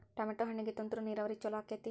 Tomato ಹಣ್ಣಿಗೆ ತುಂತುರು ನೇರಾವರಿ ಛಲೋ ಆಕ್ಕೆತಿ?